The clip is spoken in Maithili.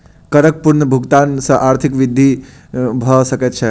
करक पूर्ण भुगतान सॅ आर्थिक वृद्धि भ सकै छै